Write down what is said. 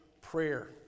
prayer